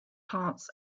parts